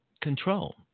control